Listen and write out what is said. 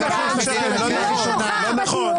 קריאה שנייה.